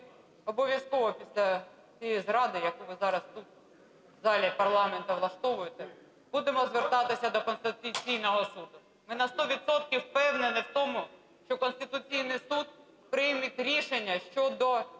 обов'язково після цієї зради, яку ви зараз тут в залі парламенту влаштовуєте, будемо звертатися до Конституційного Суду. Ми на 100 відсотків впевнені в тому, що Конституційний Суд прийме рішення щодо